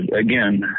again